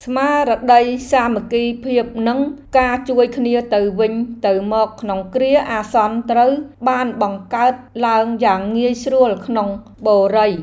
ស្មារតីសាមគ្គីភាពនិងការជួយគ្នាទៅវិញទៅមកក្នុងគ្រាអាសន្នត្រូវបានបង្កើតឡើងយ៉ាងងាយស្រួលក្នុងបុរី។